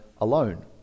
alone